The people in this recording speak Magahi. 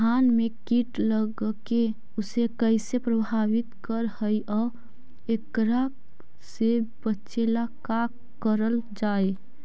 धान में कीट लगके उसे कैसे प्रभावित कर हई और एकरा से बचेला का करल जाए?